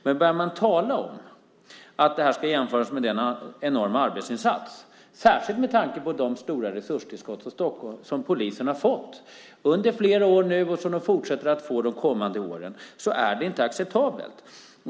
Men om man börjar tala om att detta ska jämföras med denna enorma arbetsinsats, särskilt med tanke på de stora resurstillskott som polisen har fått under flera år och som de fortsätter att få under de kommande åren, så är det inte acceptabelt.